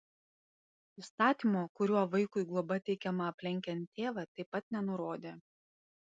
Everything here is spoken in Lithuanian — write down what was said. įstatymo kuriuo vaikui globa teikiama aplenkiant tėvą taip pat nenurodė